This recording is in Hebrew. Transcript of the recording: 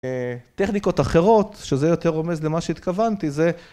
טכניקות אחרות, שזה יותר רומז למה שהתכוונתי, זה...